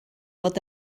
fod